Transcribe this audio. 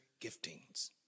giftings